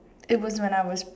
it was when I was